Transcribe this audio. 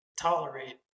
tolerate